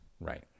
Right